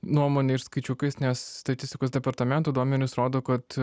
nuomone ir skaičiukais nes statistikos departamento duomenys rodo kad